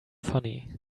funny